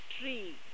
tree